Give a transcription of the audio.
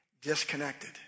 disconnected